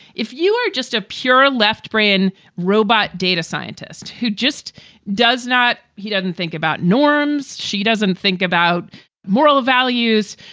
if you are just a pure left brain robot data scientist who just does not he doesn't think about norms. she doesn't think about moral values.